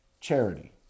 charity